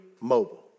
mobile